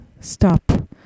stop